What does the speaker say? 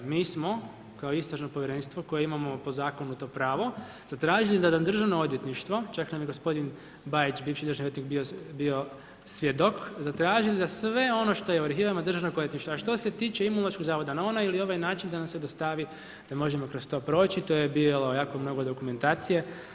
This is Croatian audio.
Mi smo, kao istražno povjerenstvo koje imamo po zakonu to pravo, zatražili da nam državno odvjetništvo, čak nam je gospodin Bajić, bivši državni odvjetnik bio svjedok, zatražili da sve ono što je u arhivama državnog odvjetništva, a što se tiče Imunološkog zavoda na ovaj ili onaj način, da nam se dostavi da možemo kroz to proći, to je bilo jako mnogo dokumentacije.